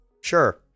sure